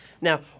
Now